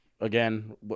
again